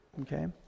okay